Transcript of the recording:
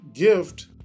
gift